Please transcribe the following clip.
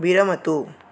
विरमतु